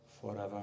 forever